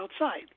outside